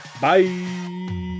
Bye